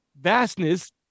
vastness